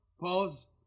pause